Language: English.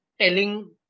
telling